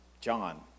John